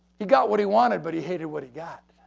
he got what he wanted, but he hated what he got.